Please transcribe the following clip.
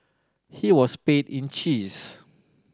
he was paid in cheese